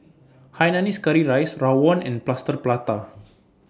Hainanese Curry Rice Rawon and Plaster Prata